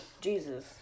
Jesus